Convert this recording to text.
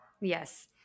Yes